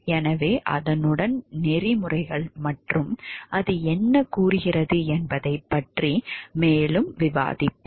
எனவே அதனுடன் நெறிமுறைகள் மற்றும் அது என்ன கூறுகிறது என்பதைப் பற்றி மேலும் விவாதிப்போம்